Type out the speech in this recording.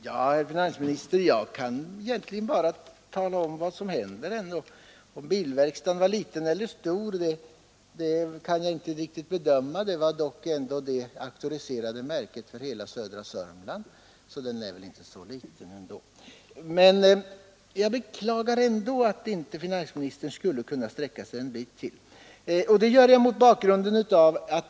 Herr talman! Jag kan, herr finansminister, egentligen bara tala om vad som har hänt i detta fall. Om bilverkstaden var liten eller stor kan jag inte riktigt bedöma. Det var ändå den auktoriserade märkesverkstaden för hela södra Sörmland, så den är väl inte så liten. Men jag beklagar ändå att finansministern inte kan sträcka sig ett stycke längre.